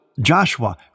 Joshua